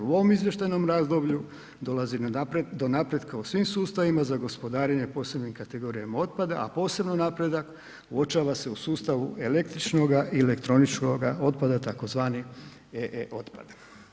U ovom izvještajnom razdoblju dolazi do napretka u svim sustavima za gospodarenje posebnim kategorijama otpada a posebno napredak uočava se u sustavu električnoga i elektroničkoga otpada, tzv. e-Otpad.